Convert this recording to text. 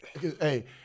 hey